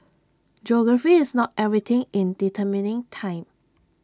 geography is not everything in determining time